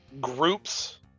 groups